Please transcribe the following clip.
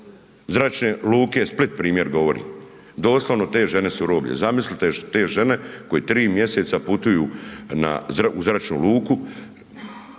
Zračne luke Split primjer govorim, doslovno te žene su roblje, zamislite te žene koje 3 mjeseca putuju u zračnu luku,